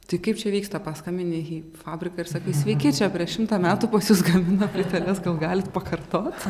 tai kaip čia vyksta paskambini į fabriką ir sakai sveiki čia prieš šimtą metų pas jus gamino plyteles gal galit pakartot